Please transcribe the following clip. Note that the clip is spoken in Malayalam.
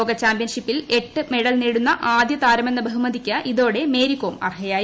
ലോക ചാമ്പ്യൻഷിപ്പിൽ എട്ട് മെഡൽ നേടുന്ന ആദ്യ താരമെന്ന ബഹുമതിക്ക് ഇതോടെ മേരി കോം അർഹയായി